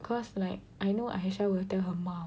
cause like I know Aisyah/P2> will tell her mum